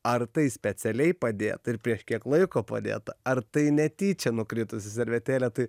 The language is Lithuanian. ar tai specialiai padėta ir prieš kiek laiko padėta ar tai netyčia nukritus servetėlė tai